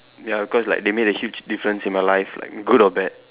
ya cause like they made a huge difference in my life like good or bad